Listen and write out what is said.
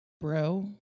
Bro